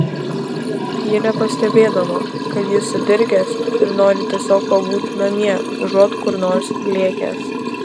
ji nepastebėdavo kad jis sudirgęs ir nori tiesiog pabūti namie užuot kur nors lėkęs